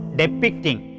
depicting